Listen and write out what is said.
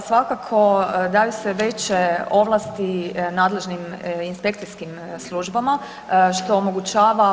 Pa svakako daju se veće ovlasti nadležnim inspekcijskim službama što omogućava…